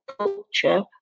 culture